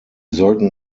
sollten